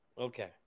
Okay